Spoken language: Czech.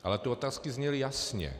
Ale ty otázky zněly jasně.